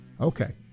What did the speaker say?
Okay